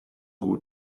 gut